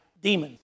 demons